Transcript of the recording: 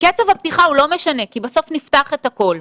שקצב הפתיחה לא משנה כי בסוף נפתח את הכול,